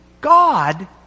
God